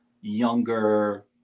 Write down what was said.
younger